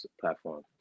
platform